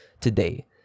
today